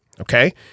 Okay